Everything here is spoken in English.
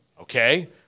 okay